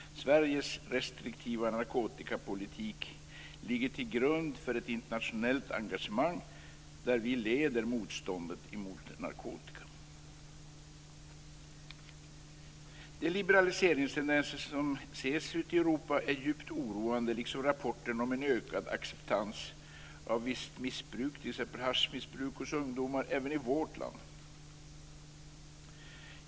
Sveriges restriktiva narkotikapolitik ligger till grund för ett internationellt engagemang där vi leder motståndet mot narkotika. De liberaliseringstendenser som ses ute i Europa är djupt oroande liksom rapporterna om en ökad acceptans av visst missbruk, t.ex. haschmissbruk hos ungdomar även i vårt land.